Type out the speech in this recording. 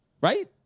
right